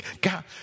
God